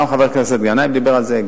גם חבר הכנסת גנאים דיבר על זה,